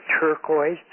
turquoise